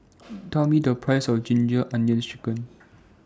Tell Me The Price of Ginger Onions Chicken